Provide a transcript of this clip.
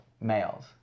males